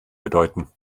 bedeuten